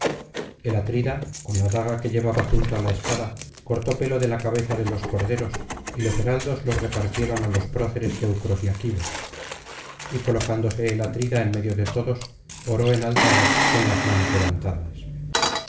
el atrida con la daga que llevaba junto á la espada cortó pelo de la cabeza de los corderos y los heraldos lo repartieron á los proceres teucros y aquivos y colocándose el atrida en medio de todos oró en alta voz con las manos levantadas